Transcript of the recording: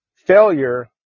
failure